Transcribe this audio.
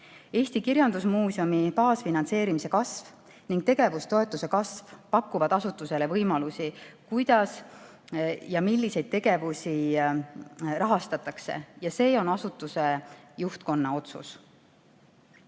Eesti Kirjandusmuuseumi baasfinantseerimise kasv ning tegevustoetuse kasv pakuvad asutusele võimaluse otsustada, kuidas ja milliseid tegevusi rahastatakse. Ja see on asutuse juhtkonna otsus.